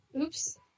Oops